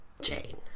Jane